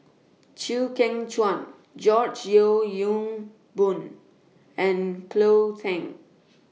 Chew Kheng Chuan George Yeo Yong Boon and Cleo Thang